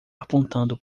apontando